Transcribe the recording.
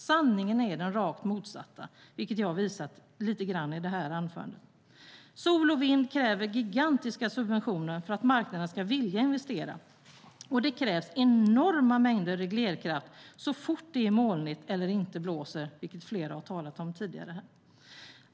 Sanningen är den rakt motsatta, vilket jag har visat i detta anförande. Sol och vind kräver gigantiska subventioner för att marknaden ska vilja investera, och det krävs enorma mängder reglerkraft så fort det är molnigt eller inte blåser, vilket flera har talat om tidigare här.